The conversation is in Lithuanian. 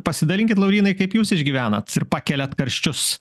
pasidalinkit laurynai kaip jūs išgyvenat ir pakeliat karščius